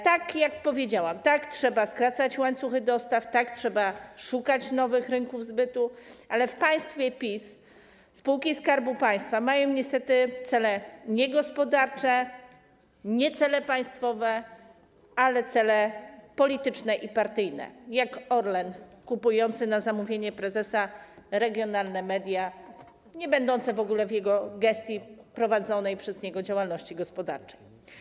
Tak jak powiedziałam, tak, trzeba skracać łańcuchy dostaw, tak, trzeba szukać nowych rynków zbytu, ale w państwie PiS spółki Skarbu Państwa mają niestety nie cele gospodarcze, nie cele państwowe, ale cele polityczne i partyjne jak Orlen kupujący na zamówienie prezesa regionalne media, niebędące w ogóle w jego gestii, jeżeli chodzi o prowadzoną przez niego działalność gospodarczą.